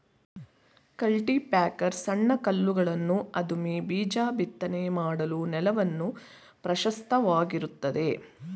cultipacker ಸಣ್ಣ ಕಲ್ಲುಗಳನ್ನು ಅದುಮಿ ಬೀಜ ಬಿತ್ತನೆ ಮಾಡಲು ನೆಲವನ್ನು ಪ್ರಶಸ್ತವಾಗಿರುತ್ತದೆ